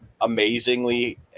amazingly